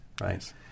right